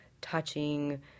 touching